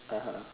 (uh huh)